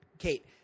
Kate